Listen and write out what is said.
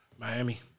Miami